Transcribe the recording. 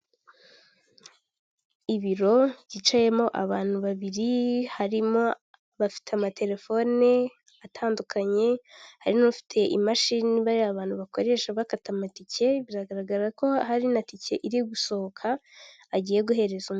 Ibiro byicayemo abantu babiri harimo abafite amatelefoni atandukanye, hari n'ufite imashini bariya bantu bakoresha bakata amatike, biragaragara ko hari na tike iri gusohoka agiye guhereza undi.